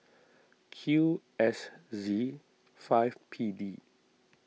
Q S Z five P D